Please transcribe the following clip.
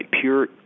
pure